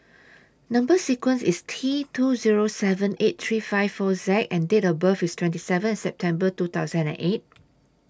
Number sequence IS T two Zero seven eight three five four Z and Date of birth IS twenty seven September two thousand and eight